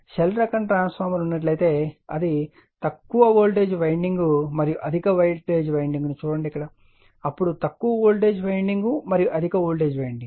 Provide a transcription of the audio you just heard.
shell రకం transformer ఉన్నట్లయితే అది తక్కువ వోల్టేజ్ వైండింగ్ మరియు అధిక వోల్టేజ్ వైండింగ్ను చూడండి అప్పుడు తక్కువ వోల్టేజ్ వైండింగ్ మరియు అధిక వోల్టేజ్ వైండింగ్